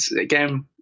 again